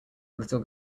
little